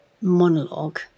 monologue